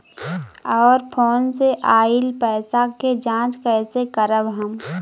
और फोन से आईल पैसा के जांच कैसे करब हम?